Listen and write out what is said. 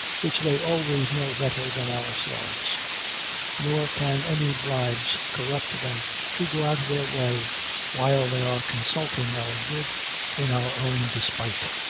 which they always know better than ourselves nor can any bribes corrupt them to go out of their way while they are consulting our good in our own despite.